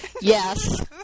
Yes